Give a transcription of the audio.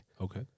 Okay